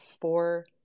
four